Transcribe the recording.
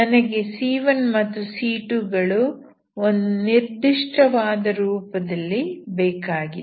ನನಗೆ c1 ಮತ್ತು c2 ಗಳು ಒಂದು ನಿರ್ದಿಷ್ಟವಾದ ರೂಪದಲ್ಲಿ ಬೇಕಾಗಿದೆ